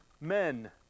men